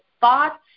thoughts